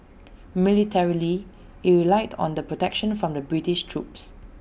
militarily IT relied on the protection from the British troops